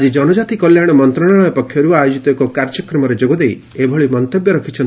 ଆଜି ଜନକାତି କଲ୍ୟାଣ ମନ୍ତଣାଳୟ ପକ୍ଷରୁ ଆୟୋଜିତ ଏକ କାର୍ଯ୍ୟକ୍ରମରେ ଯୋଗ ଦେଇ ଏଭଳି ମନ୍ତବ୍ୟ ରଖିଛନ୍ତି